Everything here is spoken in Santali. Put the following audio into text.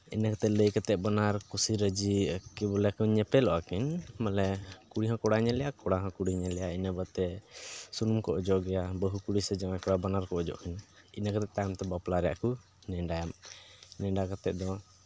ᱤᱱᱟᱹᱛᱮ ᱞᱟᱹᱭ ᱠᱟᱛᱮᱫ ᱵᱟᱱᱟᱨ ᱠᱩᱥᱤ ᱨᱟᱹᱡᱤ ᱠᱤ ᱵᱚᱞᱮ ᱠᱤᱱ ᱧᱮᱯᱮᱞᱚᱜᱼᱟ ᱠᱤᱱ ᱵᱚᱞᱮ ᱠᱩᱲᱤ ᱦᱚᱸ ᱠᱚᱲᱟᱭ ᱧᱮᱞᱮᱭᱟ ᱠᱚᱲᱟ ᱦᱚᱸ ᱠᱩᱲᱤ ᱧᱮᱞᱮᱭᱟᱭ ᱤᱱᱟᱹ ᱵᱟᱫ ᱛᱮ ᱥᱩᱱᱩᱢ ᱠᱚ ᱚᱡᱚᱜᱮᱭᱟ ᱵᱟᱹᱦᱩ ᱠᱩᱲᱤ ᱥᱮ ᱡᱟᱶᱟᱭ ᱠᱚᱲᱟ ᱵᱟᱱᱟᱨ ᱠᱚ ᱚᱡᱚᱜ ᱠᱤᱱᱟ ᱤᱱᱟᱹ ᱠᱟᱛᱮᱫ ᱛᱟᱭᱚᱢ ᱛᱮ ᱵᱟᱯᱞᱟ ᱨᱮᱭᱟᱜ ᱠᱚ ᱱᱮᱰᱟᱭᱟ ᱱᱮᱰᱟ ᱠᱟᱛᱮᱫ ᱫᱚᱸ